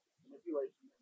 manipulation